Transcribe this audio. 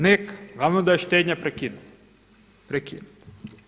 Neka, glavno da je štednja prekinuta.